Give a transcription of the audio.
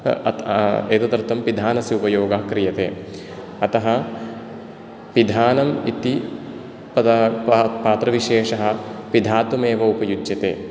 एतदर्थं पिधानस्य उपयोगः क्रियते अतः पिधानम् इति पात्रविशेषः पिधातुम् एव उपयुज्यते